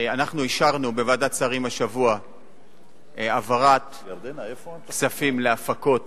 אנחנו אישרנו בוועדת שרים השבוע העברת כספים להפקות